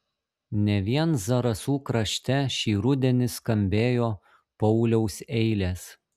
ne vien zarasų krašte šį rudenį skambėjo pauliaus eilės